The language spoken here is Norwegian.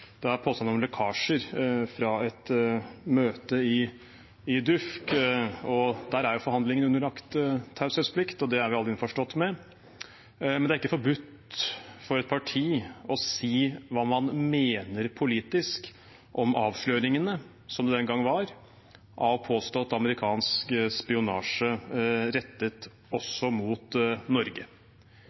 det som sies. Det er påstander om lekkasjer fra et møte i DUUFK. Der er forhandlingene underlagt taushetsplikt, og det er vi alle innforstått med, men det er ikke forbudt for et parti å si hva man mener politisk om avsløringene – som det den gang var – av påstått amerikansk spionasje rettet også mot Norge.